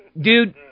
dude